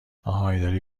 اهای، داری